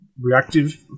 reactive